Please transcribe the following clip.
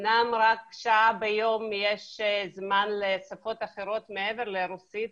אמנם רק שעה ביום יש זמן לשפות אחרות מעבר לרוסית,